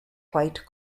white